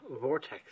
vortex